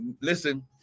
Listen